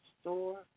store